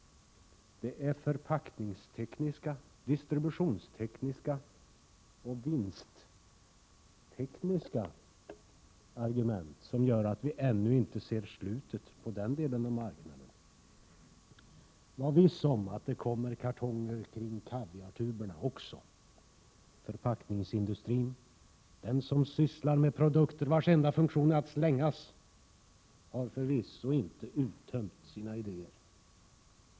Det är förpackningstekniska, distributionstekniska och vinsttekniska argument som gör att slutet på den delen av marknaden ännu inte syns. Var viss om att det kommer kartonger till kaviartuberna också! Förpackningsindustrin, som sysslar med produkter vars enda funktion är att slängas, har förvisso inte uttömt sina idéer.